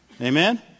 Amen